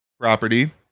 property